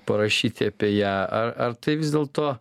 parašyti apie ją ar ar tai vis dėlto